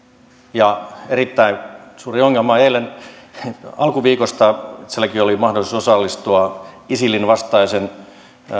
ja erittäin suuri ongelma alkuviikosta itsellänikin oli mahdollisuus osallistua isilin vastaiseen